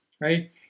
right